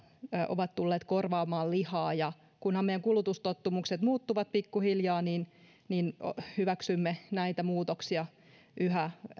ovat tulleet korvaamaan lihaa kunhan meidän kulutustottumuksemme muuttuvat pikkuhiljaa niin niin hyväksymme näitä muutoksia yhä